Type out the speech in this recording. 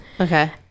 Okay